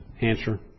answer